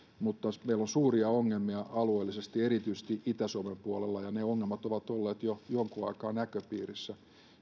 mutta meillä on suuria ongelmia alueellisesti erityisesti itä suomen puolella ja ne ongelmat ovat olleet jo jonkin aikaa näköpiirissä